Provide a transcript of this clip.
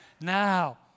Now